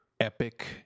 epic